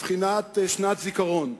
בבחינת שנת זיכרון.